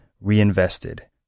reinvested